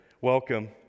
Welcome